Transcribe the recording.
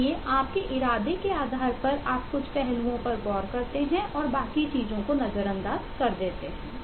इसलिए आपके इरादे के आधार पर आप कुछ पहलुओं पर गौर करते हैं और बाकी चीजों को नजरअंदाज करते हैं